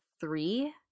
three